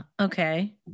Okay